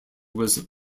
was